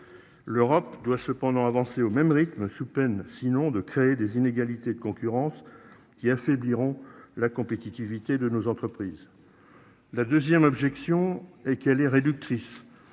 L'Europe doit cependant avancer au même rythme sous peine sinon de créer des inégalités de concurrence. Qui affaibliront la compétitivité de nos entreprises. La 2ème objection et qu'elle est réductrice.